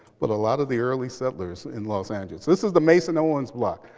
but a lot of the early settlers in los angeles. this is the mason-owens block.